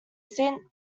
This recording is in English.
sint